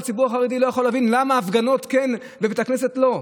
הציבור החרדי לא יכול להבין למה הפגנות כן ובית כנסת לא,